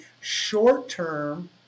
short-term